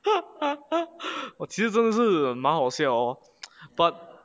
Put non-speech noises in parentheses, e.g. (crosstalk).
(laughs) 我其实真的是蛮好笑 but